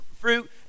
fruit